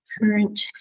current